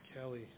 Kelly